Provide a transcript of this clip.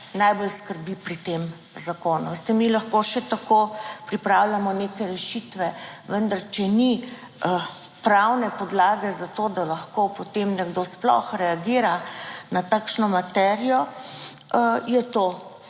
najbolj skrbi pri tem zakonu. Veste, mi lahko še tako pripravljamo neke rešitve. Vendar če ni pravne podlage za to, da lahko potem nekdo sploh reagira na takšno materijo je to